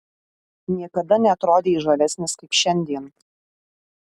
niekada neatrodei žavesnis kaip šiandien